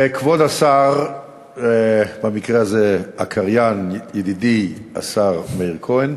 כבוד השר, במקרה הזה הקריין, ידידי השר מאיר כהן,